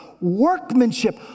workmanship